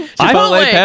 Chipotle